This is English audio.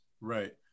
Right